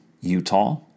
Utah